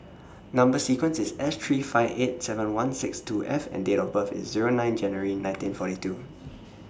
Number sequence IS S three five eight seven one six two F and Date of birth IS Zero nine January nineteen forty two